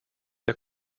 der